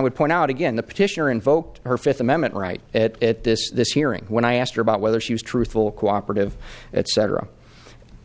would point out again the petitioner invoked her fifth amendment right at this hearing when i asked her about whether she was truthful cooperative etc